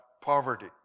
poverty